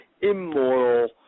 immoral